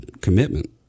commitment